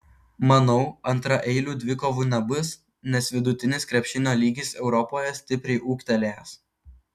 manau antraeilių dvikovų nebus nes vidutinis krepšinio lygis europoje stipriai ūgtelėjęs